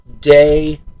Day